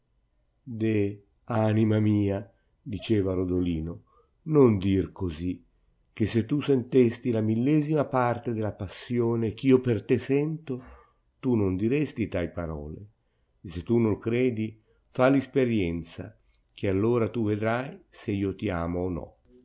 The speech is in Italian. anima mia diceva rodolino non dir così che se tu sentesti la millesima parte della passione ch'io per te sento tu non diresti tai parole e se tu no'l credi fa l'isperienzia che all ora tu vedrai se io ti amo o no